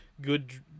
good